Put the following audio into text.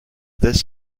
this